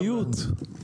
זה סיוט.